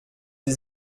sie